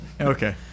okay